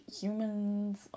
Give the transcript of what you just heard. humans